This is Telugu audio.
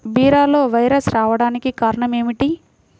బీరలో వైరస్ రావడానికి కారణం ఏమిటి?